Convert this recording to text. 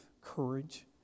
courage